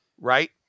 right